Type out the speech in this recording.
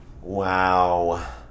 Wow